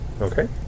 Okay